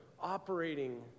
operating